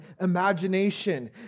imagination